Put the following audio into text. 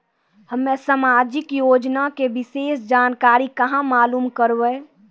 हम्मे समाजिक योजना के विशेष जानकारी कहाँ मालूम करबै?